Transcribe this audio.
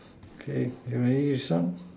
okay you ready to start